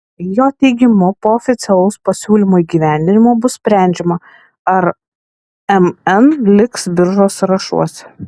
jo teigimu po oficialaus pasiūlymo įgyvendinimo bus sprendžiama ar mn liks biržos sąrašuose